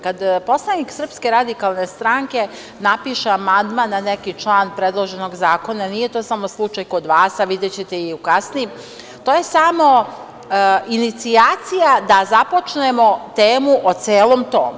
Kad poslanik SRS napiše amandman na neki član predloženog zakona, nije to samo slučaj kod vas, a videćete i u kasnijim, to je samo inicijacija da započnemo temu o celom tom.